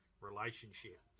relationship